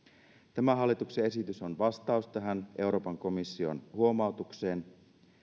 tämä hallituksen esitys on vastaus tähän euroopan komission huomautukseen